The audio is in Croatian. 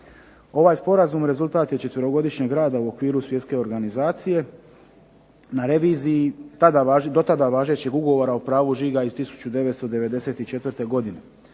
Ovaj sporazum rezultat je četverogodišnjeg rada u okviru svjetske organizacije na reviziji do tada važećeg ugovora o pravu žiga iz 1994. godine.